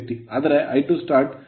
ಆದರೆ IstartIfl2 5 ಮತ್ತು sfl0